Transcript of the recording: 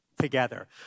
together